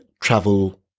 travel